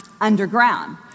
underground